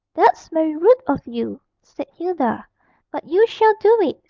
that's very rude of you said hilda, but you shall do it.